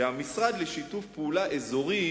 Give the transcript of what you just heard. שהמשרד לשיתוף פעולה אזורי